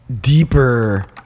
deeper